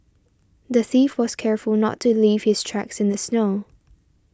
the thief was careful not to leave his tracks in the snow